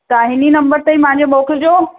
तव्हां हिनी नम्बर ते ई मुंहिंजे मोकिलजो